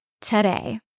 today